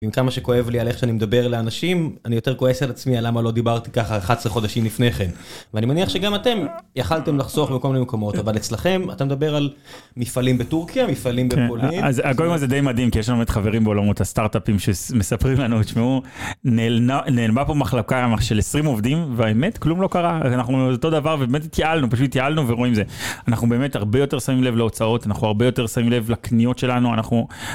עם כמה שכואב לי על איך שאני מדבר לאנשים אני יותר כועס על עצמי על למה לא דיברתי ככה 11 חודשים לפני כן ואני מניח שגם אתם יכלתם לחסוך בכל מיני מקומות אבל אצלכם אתה מדבר על. מפעלים בטורקיה מפעלים בפולין זה די מדהים כי יש לנו את חברים בעולמות הסטארטאפים שמספרים לנו נעלמה פה מחלקה של 20 עובדים והאמת כלום לא קרה אנחנו אותו דבר באמת יעלנו פשוט יעלנו ורואים זה אנחנו באמת הרבה יותר שמים לב להוצאות אנחנו הרבה יותר שמים לב לקניות שלנו אנחנו.